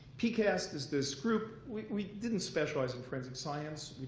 pcast is this group. we didn't specialize in forensic science.